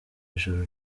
ijoro